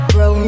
Bro